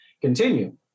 continue